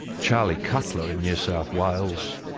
charlie cutler, in new south wales,